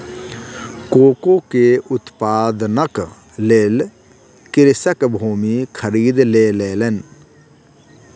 cocoa के उत्पादनक लेल कृषक भूमि खरीद लेलैन